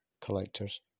collectors